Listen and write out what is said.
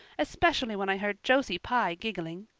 especially when i heard josie pye giggling.